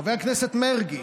חבר הכנסת מרגי,